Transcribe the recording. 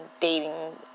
dating